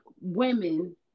women